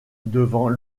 devant